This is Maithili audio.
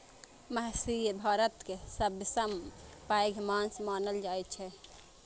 महसीर भारतक सबसं पैघ माछ मानल जाइ छै